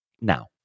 now